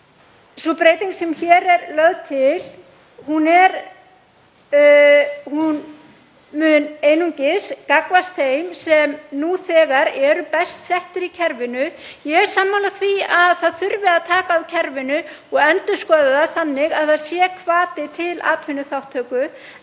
Sú breyting sem hér er lögð til mun einungis gagnast þeim sem nú þegar eru best settir í kerfinu. Ég er sammála því að það þurfi að taka á kerfinu og endurskoða það þannig að það sé hvati til atvinnuþátttöku